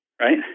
right